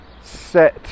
set